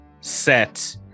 set